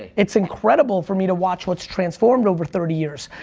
it's incredible for me to watch what's transformed over thirty years.